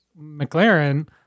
McLaren